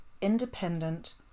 independent